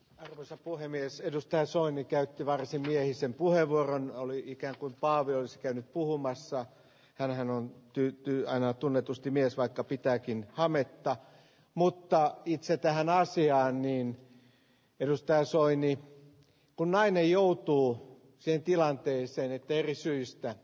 arvoisa puhemies edustaa soini käytti varsin yleisen puheenvuoro oli ikään kuin paavi on iskenyt tuomassa tänäänoin tyytyy aina tunnetusti mies vaikka pitääkin harmittaa mutta itse tähän asiaan niin ylistää soini on nainen joutuu sen tilanteen sen eri syystä